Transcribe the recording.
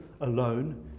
alone